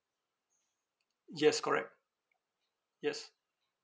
yes correct yes